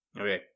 okay